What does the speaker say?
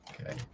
Okay